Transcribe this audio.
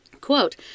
Quote